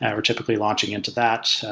and we're typically launching into that,